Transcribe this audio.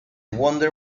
wonder